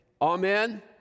Amen